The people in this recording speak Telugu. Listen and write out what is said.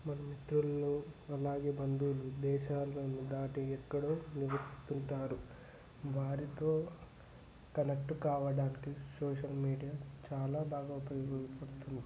మన మిత్రులు అలాగే బంధువులు దేశాలను దాటి ఎక్కడో నివసిస్తుంటారు వారితో కనెక్ట్ కావడానికి సోషల్ మీడియా చాలా బాగా ఉపయోగపడుతుంది